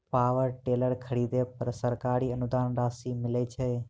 Power tiller खरीदे पर सरकारी अनुदान राशि मिलय छैय?